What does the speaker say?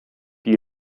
die